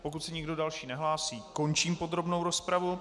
Pokud se nikdo další nehlásí, končím podrobnou rozpravu.